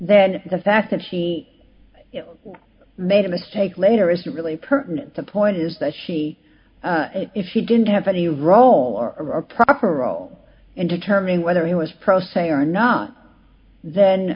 then the fact that she made a mistake later is really pertinent the point is that she if she didn't have any role or a proper role in determining whether he was pro se or not then